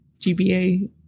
GBA